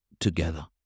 Together